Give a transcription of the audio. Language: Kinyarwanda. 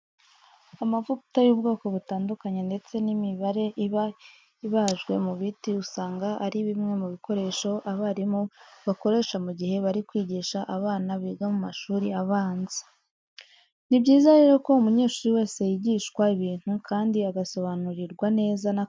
Amavuta y'ubwoko butandukanye ndetse n'imibare iba ibajwe mu biti usanga ari bimwe mu bikoresho abarimu bakoresha mu gihe bari kwigisha abana biga mu mashuri abanza. Ni byiza rero ko umunyeshuri wese yigishwa ibintu kandi agasobanurirwa neza n'akamaro bimufitiye.